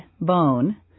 bone